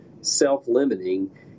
self-limiting